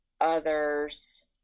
others